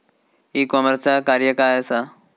E कॉमर्सचा कार्य काय असा?